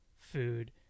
food